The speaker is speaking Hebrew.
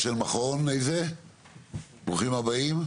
ברוכים הבאים.